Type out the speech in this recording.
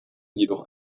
jedoch